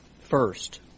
First